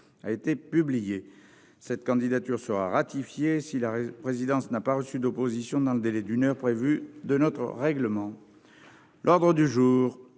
a été publié cette candidature sera ratifié si la présidence n'a pas reçu d'opposition dans le délai d'une heure prévue de notre règlement, l'ordre du jour